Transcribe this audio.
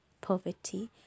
poverty